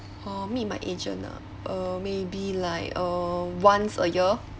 uh meet my agent ah uh maybe like uh once a year